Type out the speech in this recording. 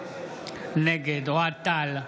נגד אוהד טל,